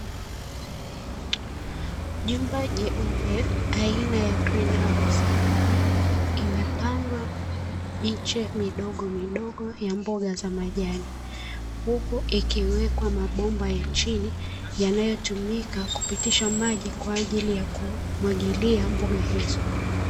Jumba jeupe aina ya "GREEN HOUSE" imepandwa miche midogo midogo ya mboga za majani huku ikiwekwa mabomba ya chini yanayotumika kupitisha maji kwa ajili ya kumwagilia mboga hizo.